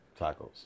Tacos